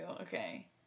Okay